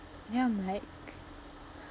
ya I'm like